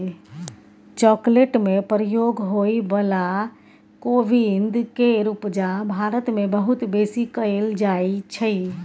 chocolate में प्रयोग होइ बला कोविंद केर उपजा भारत मे बहुत बेसी कएल जाइ छै